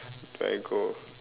do I go